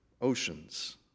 oceans